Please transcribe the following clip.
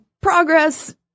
progress